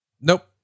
Nope